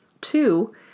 Two